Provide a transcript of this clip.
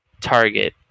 target